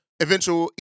eventual